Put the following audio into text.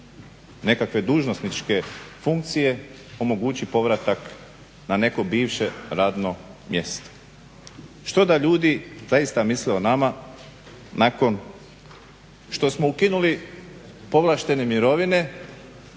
nekakve dužnosničke funkcije omogući povratak na neko bivše radno mjesto? Što da ljudi zaista misle o nama nakon što smo ukinuli povlaštene mirovine